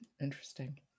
Interesting